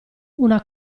una